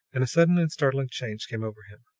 and a sudden and startling change came over him.